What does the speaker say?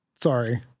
Sorry